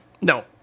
No